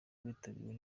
witabiriwe